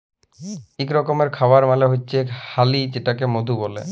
ইক রকমের খাবার মালে হচ্যে হালি যেটাকে মধু ব্যলে